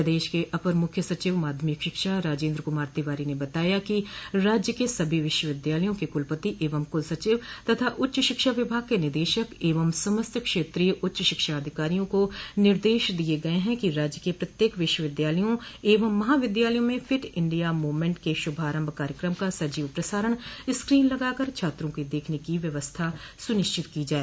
प्रदेश के अपर मुख्य सचिव माध्यमिक शिक्षा राजेंद्र कुमार तिवारी ने बताया कि राज्य के सभी विश्वविद्यालयों के कुलपति एवं कुलसचिव तथा उच्च शिक्षा विभाग के निदेशक एवं समस्त क्षेत्रीय उच्च शिक्षा अधिकारी को निर्देश दिए गए हैं कि राज्य के प्रत्येक विश्वविद्यालयों एवं महाविद्यालयों में फिट इंडिया मूवमेंट के शुभारंभ कार्यक्रम का सजीव प्रसारण स्क्रीन लगाकर छात्रों के देखने की व्यवस्था सुनिश्चित की जाए